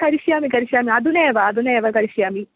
करिष्यामि करिष्यामि अदुनेव अधुना एव करिष्यामि